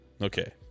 Okay